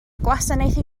gwasanaethau